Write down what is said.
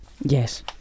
Yes